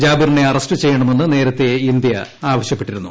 ജാബിറിനെ arrest ചെയ്യണമെന്ന് നേരത്തെ India ആവശ്യപ്പെട്ടിരുന്നു